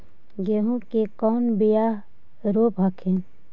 गेहूं के कौन बियाह रोप हखिन?